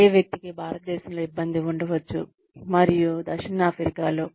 అదే వ్యక్తికి భారతదేశంలో ఇబ్బంది ఉండవచ్చు మరియు దక్షిణాఫ్రికాలో